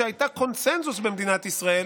שהייתה קונסנזוס במדינת ישראל,